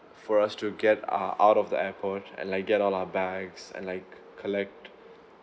for us to get uh out of the airport and like get all our bags and like collect